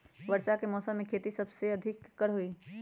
वर्षा के मौसम में सबसे अधिक खेती केकर होई?